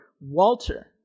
Walter